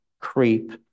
creep